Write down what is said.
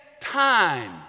time